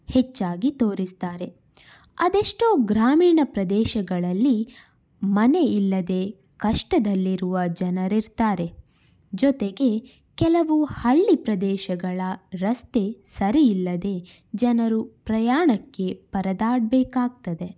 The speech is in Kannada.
ಹೆಚ್ಚಾಗಿ ತೋರಿಸ್ತಾರೆ ಅದೆಷ್ಟೋ ಗ್ರಾಮೀಣ ಪ್ರದೇಶಗಳಲ್ಲಿ ಮನೆಯಿಲ್ಲದೇ ಕಷ್ಟದಲ್ಲಿರುವ ಜನರಿರ್ತಾರೆ ಜೊತೆಗೆ ಕೆಲವು ಹಳ್ಳಿ ಪ್ರದೇಶಗಳ ರಸ್ತೆ ಸರಿಯಿಲ್ಲದೆ ಜನರು ಪ್ರಯಾಣಕ್ಕೆ ಪರದಾಡಬೇಕಾಗ್ತದೆ